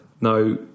Now